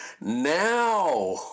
now